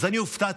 אז אני הופתעתי.